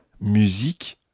musique